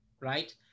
right